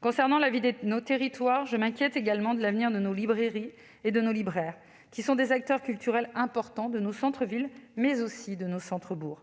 Concernant la vie de nos territoires, je m'inquiète également de l'avenir de nos librairies et de nos libraires, qui sont des acteurs culturels importants de nos centres-villes, mais aussi de nos centres-bourgs.